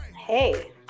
Hey